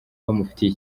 bamufitiye